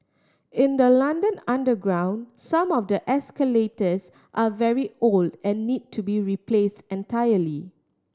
in the London underground some of the escalators are very old and need to be replace entirety